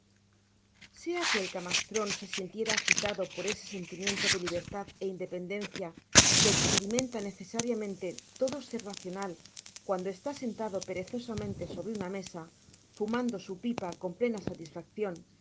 que el camastron se sintiera agitado por ese sentimiento de libertad é independencia que esperimenta necesariamente todo ser racional cuando está sentado perezosamente sobre una mesa fumando su pipa con plena satisfaccion